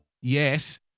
yes